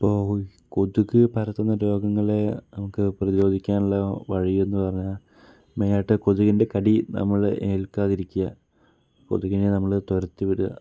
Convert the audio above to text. ഇപ്പോൾ കൊതുക് പരത്തുന്ന രോഗങ്ങളെ നമുക്ക് പ്രതിരോധിക്കാനുള്ള വഴി എന്ന് പറഞ്ഞാൽ മെയിൻ ആയിട്ട് കൊതുകിൻ്റെ കടി നമ്മൾ ഏൽക്കാതിരിക്കുക കൊതുകിനെ നമ്മൾ തുരത്തി വിടുക